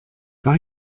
par